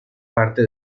parte